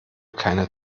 keine